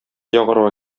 ягарга